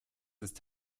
ist